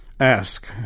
Ask